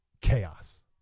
chaos